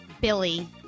Billy